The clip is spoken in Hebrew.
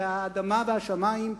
האדמה והשמים,